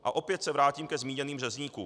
A opět se vrátím ke zmíněným řezníkům.